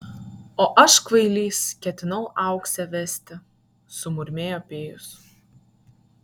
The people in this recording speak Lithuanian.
o aš kvailys ketinau auksę vesti sumurmėjo pijus